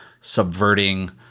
subverting